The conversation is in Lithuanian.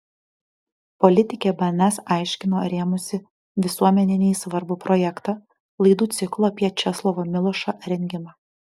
politikė bns aiškino rėmusi visuomeninei svarbų projektą laidų ciklo apie česlovą milošą rengimą